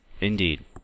Indeed